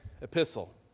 epistle